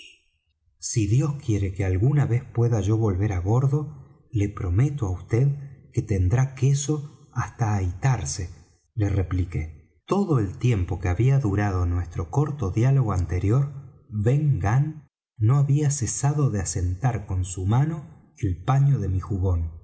si dios quiere que alguna vez pueda yo volver á bordo le prometo á vd que tendrá queso hasta ahitarse le repliqué todo el tiempo que había durado nuestro corto diálogo anterior ben gunn no había cesado de asentar con su mano el paño de mi jubón